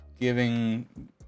giving